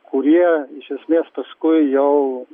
kurie iš esmės paskui jau